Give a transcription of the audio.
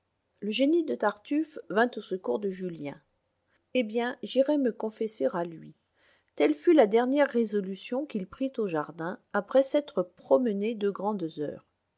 le génie de tartuffe vint au secours de julien eh bien j'irai me confesser à lui telle fut la dernière résolution qu'il prit au jardin après s'être prononcé deux grandes heures